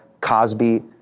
Cosby